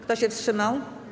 Kto się wstrzymał?